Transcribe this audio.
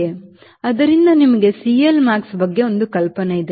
ಆದ್ದರಿಂದ ನಿಮಗೆ ಸಿಎಲ್ಮ್ಯಾಕ್ಸ್ ಬಗ್ಗೆ ಒಂದು ಕಲ್ಪನೆ ಇದೆ